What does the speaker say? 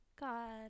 god